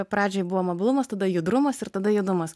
pradžioj buvo mobilumas tada judrumas ir tada judumas